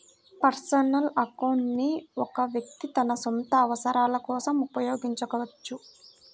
personal account ని ఒక వ్యక్తి తన సొంత అవసరాల కోసం ఉపయోగించుకోవచ్చు